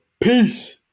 Peace